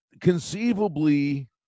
conceivably